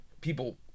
People